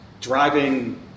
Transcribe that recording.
driving